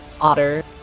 Otter